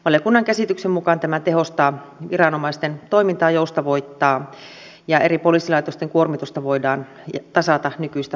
valiokunnan käsityksen mukaan tämä tehostaa ja joustavoittaa viranomaisten toimintaa ja eri poliisilaitosten kuormitusta voidaan tasata nykyistä paremmin